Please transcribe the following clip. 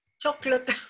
chocolate